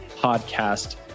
Podcast